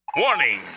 Warning